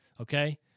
okay